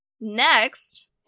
Next